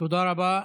תודה רבה.